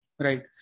Right